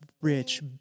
rich